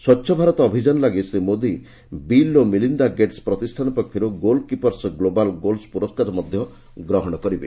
ସ୍ୱଚ୍ଛ ଭାରତ ଅଭିଯାନ ଲାଗି ଶ୍ରୀ ମୋଦୀ ବିଲ୍ ଓ ମିଲିଣ୍ଡା ଗେଟସ୍ ପ୍ରତିଷ୍ଠାନ ପକ୍ଷରୁ ଗୋଲ୍ କିପର୍ସ ଗ୍ଲୋବାଲ୍ ଗୋଲ୍ସ ପୁରସ୍କାର ମଧ୍ୟ ଗ୍ରହଣ କରିବେ